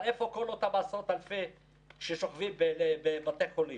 איפה כל אותם עשרות אלפי ששוכבים בבתי חולים?